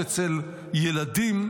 ואצל ילדים,